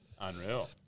Unreal